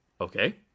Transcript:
okay